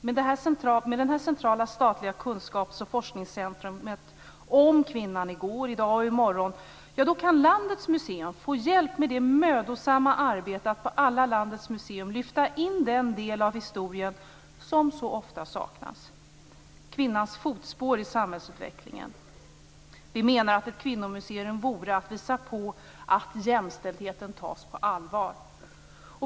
Med ett sådant här centralt statligt kunskapsoch forskningscentrum om kvinnan i går, i dag och i morgon kan man få hjälp med det mödosamma arbetet att på alla landets museer lyfta in den del av historien som så ofta saknas. Det handlar om kvinnans fotspår i samhällsutvecklingen. Vi i Miljöpartiet menar att ett kvinnomuseum skulle innebära att man visade att jämställdheten tas på allvar.